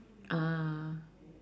ah